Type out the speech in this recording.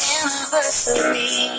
anniversary